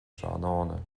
tráthnóna